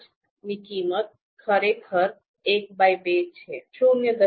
૫ ની કિંમત ખરેખર ૧૨ છે ૦